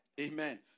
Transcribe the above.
Amen